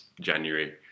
January